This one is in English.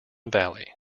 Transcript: valley